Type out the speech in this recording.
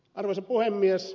arvoisa puhemies